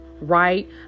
Right